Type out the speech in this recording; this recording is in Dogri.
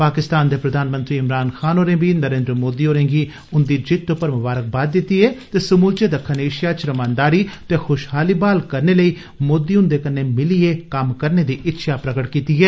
पाकिस्तान दे प्रधानमंत्री इमरान खान होरें बी नरेन्द्र मोदी होरें गी उंदी जित्त पर ममारकबाद दित्ती ऐ ते समूलचे दक्खन एषिया च रमानदारी ते खुषहाली ब्हाल करने लेई मोदी हुंदे कन्नै मिलियै कम्म करने दी इच्छेआ प्रगट कीती ऐ